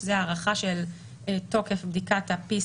הוראת שעה, הצגת תוצאת בדיקת PCR